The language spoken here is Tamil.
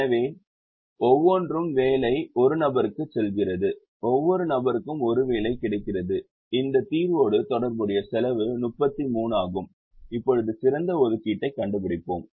எனவே ஒவ்வொன்றும் வேலை ஒரு நபருக்குச் செல்கிறது ஒவ்வொரு நபருக்கும் ஒரு வேலை கிடைக்கிறது இந்த தீர்வோடு தொடர்புடைய செலவு 33 ஆகும் இப்போது சிறந்த ஒதுக்கீட்டை கண்டுபிடிப்போம்